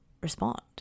respond